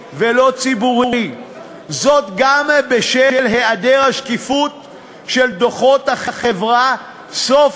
2003. גם את החוק הזה מאריכים כבר 12 שנים,